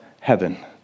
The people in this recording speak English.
heaven